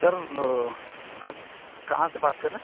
سر وہ آپ کہاں سے بات کر رہے ہیں